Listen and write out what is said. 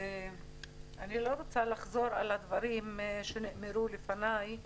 אני לא רוצה לחזור על הדברים שנאמרו לפניי,